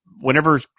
whenever